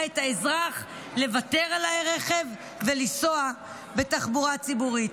את האזרח לוותר על הרכב ולנסוע בתחבורה הציבורית.